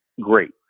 great